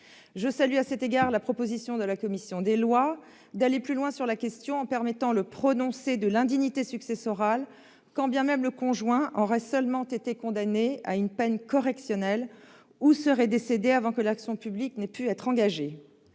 Je salue, à cet égard, la proposition de la commission des lois d'aller plus loin sur la question, en permettant le prononcé de l'indignité successorale, quand bien même le conjoint aurait seulement été condamné à une peine correctionnelle ou serait décédé avant que l'action publique ait pu être engagée.